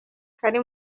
kari